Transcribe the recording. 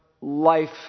life